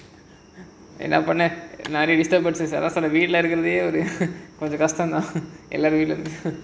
என்ன பண்ண வீட்ல இருக்கதே கொஞ்சம் கஷ்டம் தான் எல்லாரும் வீட்ல இருக்கும்போது:enna panna veetla irukkathae konjam kashtamthaan ellorum veetla irukkumpothu